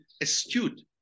astute